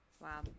Wow